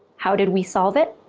how did we solve it?